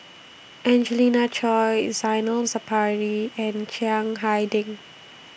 Angelina Choy Zainal Sapari and Chiang Hai Ding